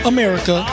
America